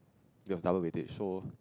there was double weightage so